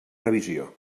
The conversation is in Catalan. revisió